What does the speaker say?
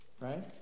right